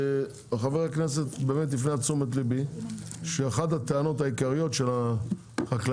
חבר הכנסת באמת הפנה את תשומת ליבי שאחת הטענות העיקריות של החקלאים,